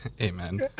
Amen